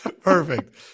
perfect